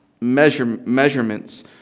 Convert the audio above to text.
measurements